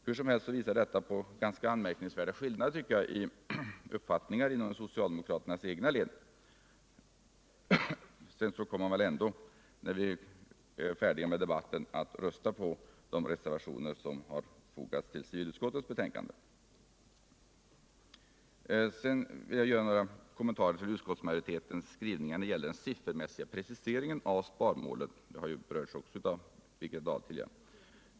Hur som helst visar detta på ganska anmärkningsvärda skillnader i uppfattningarna inom socialdemokraternas cgna led. Men man kommer väl ändå efter debatten att rösta för de reservationer som har fogats till civilutskottets betänkande. Jag skall vidare göra några kommentarer till utskottsmajoritetens skrivningar när det gäller den siffermässiga preciseringen av sparmålet. Frågan har tidigare också berörts av Birgitta Dahl.